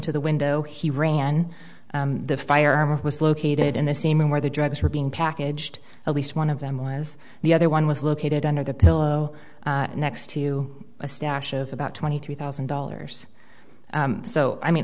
to the window he ran the firearm was located in the scene where the drugs were being packaged at least one of them was the other one was located under the pillow next to a stash of about twenty three thousand dollars so i mean